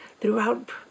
throughout